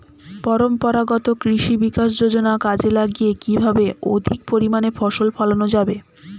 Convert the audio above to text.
পরম্পরাগত কৃষি বিকাশ যোজনা কাজে লাগিয়ে কিভাবে অধিক পরিমাণে ফসল ফলানো যাবে?